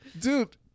dude